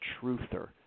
truther